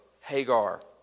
Hagar